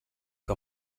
que